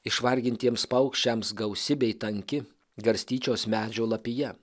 išvargintiems paukščiams gausi bei tanki garstyčios medžio lapija